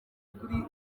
ukuri